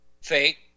fake